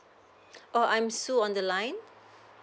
oh I'm su on the line